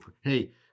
Hey